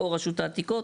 או רשות העתיקות,